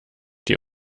die